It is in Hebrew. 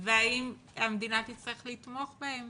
והאם המדינה תצטרך לתמוך בהם